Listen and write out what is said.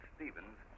Stevens